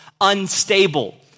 unstable